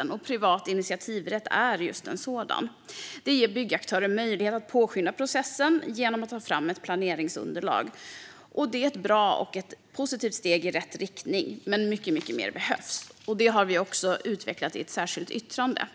En sådan är just privat initiativrätt, som ger byggaktörer möjlighet att påskynda processen genom att ta fram ett planeringsunderlag. Det är ett bra och positivt steg i rätt riktning. Men mycket mer behövs. Det har vi också utvecklat i ett särskilt yttrande.